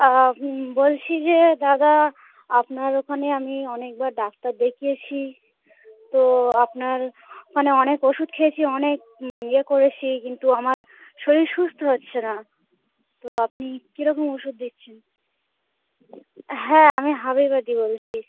তা বলছি যে দাদা আপনার ওখানে আমি অনেকবার ডাক্তার দেখিয়েছি তো আপনার মানে অনেক ওষুধ খেয়েছি অনেক ইয়ে করেছি কিন্তু আমার শরীর সুস্থ হচ্ছে না তো আপনি কিরকম ওষুধ দিচ্ছেন হ্যাঁ আমি হাবিবা দি বলছি